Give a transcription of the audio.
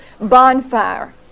bonfire